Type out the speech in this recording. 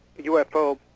ufo